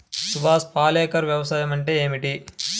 సుభాష్ పాలేకర్ వ్యవసాయం అంటే ఏమిటీ?